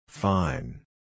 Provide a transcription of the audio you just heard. Fine